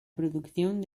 producción